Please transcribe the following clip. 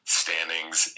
standings